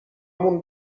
مون